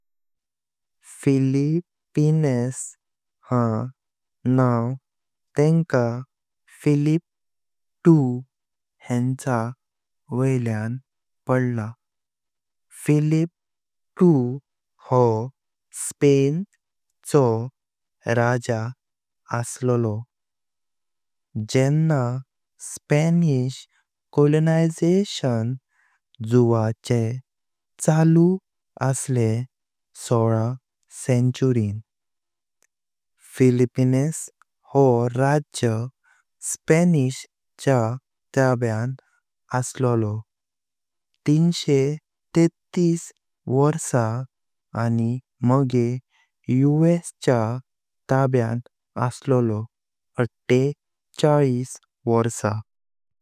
फिलिपीन्स हा नाव तेंका फिलिप द्वितीय हेंच्या वयल्यान पडला। फिलिप द्वितीय हो स्पेन चो राज असललो, जेंव्हा स्पॅनिश कौलोनायज़ेशन जुयाचें चालू असले सोलां सेंचुरीन। फिलिपीन्स हो राज्य स्पॅनिश चा ताब्यांत असललो तीनशे तेत्तीस वर्सां आनी मागे यू.एस चा ताब्यांत असललो अडतेचाळीस वर्सां।